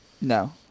No